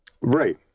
Right